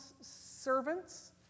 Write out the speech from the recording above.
servants